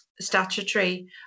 statutory